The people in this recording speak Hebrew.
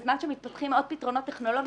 בזמן שמתפתחים עוד פתרונות טכנולוגיים,